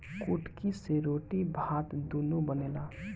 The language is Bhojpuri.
कुटकी से रोटी भात दूनो बनेला